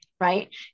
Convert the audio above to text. Right